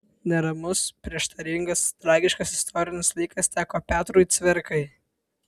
neramus prieštaringas tragiškas istorinis laikas teko petrui cvirkai